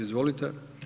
Izvolite.